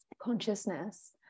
consciousness